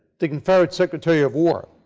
the confederate secretary of war.